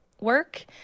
work